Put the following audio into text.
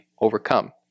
overcome